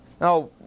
Now